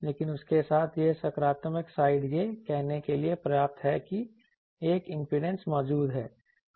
लेकिन उसके साथ यह सकारात्मक साइड यह कहने के लिए पर्याप्त है कि एक इंपल्स मौजूद है